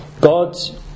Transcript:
God's